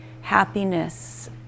happiness